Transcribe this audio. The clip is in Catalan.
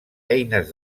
eines